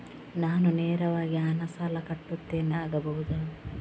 ನಾನು ನೇರವಾಗಿ ಹಣ ಸಾಲ ಕಟ್ಟುತ್ತೇನೆ ಆಗಬಹುದ?